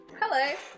Hello